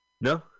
No